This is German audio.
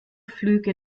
flüge